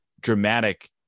dramatic